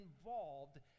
involved